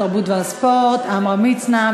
התרבות והספורט עמרם מצנע,